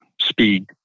speed